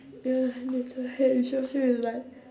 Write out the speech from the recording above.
ya that's why she will feel you like